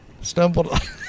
Stumbled